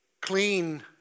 clean